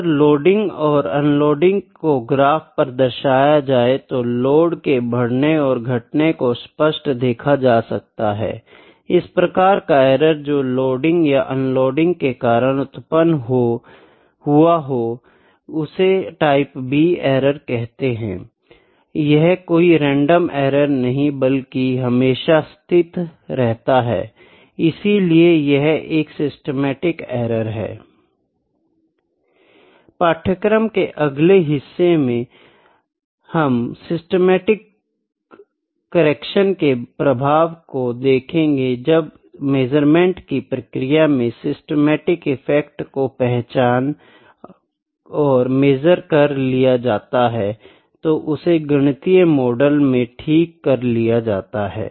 अगर लोडिंग और अनलोडिंग को ग्राफ पर दर्शाया जाए तो लोड के बढ़ने और घटने को स्पष्ट देखा जा सकता है इस प्रकार का एरर जो लोडिंग या अनलोडिंग के कारण उत्पन्न हुआ हो उसे टाइप B एरर कहते हैं यह कोई रेंडम एरर नहीं बल्कि हमेशा स्थित रहता है इसीलिए यह एक सिस्टमैटिक एरर है पाठ्यक्रम के अगले हिस्से में हम सिस्टमैटिक करेक्शन के प्रभाव को देखेंगे जब मेज़रमेंट की प्रक्रिया में सिस्टमैटिक इफेक्ट को पहचान और मेज़र कर लिया जाता है तो उसे गणितीय मॉडल में ठीक कर लिया जाता है